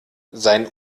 sein